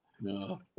No